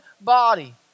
body